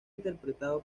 interpretado